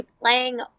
playing